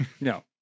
No